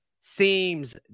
seems